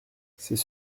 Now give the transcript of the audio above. c’est